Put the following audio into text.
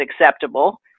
acceptable